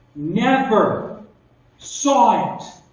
never saw it.